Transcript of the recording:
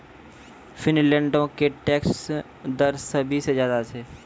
फिनलैंडो के टैक्स दर सभ से ज्यादे छै